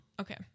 Okay